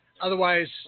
Otherwise